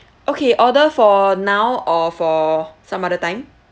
okay order for now or for some other time